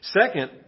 Second